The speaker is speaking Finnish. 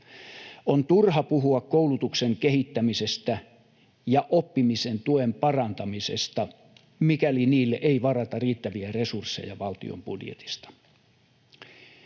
On turha puhua koulutuksen kehittämisestä ja oppimisen tuen parantamisesta, mikäli niille ei varata riittäviä resursseja valtion budjetista.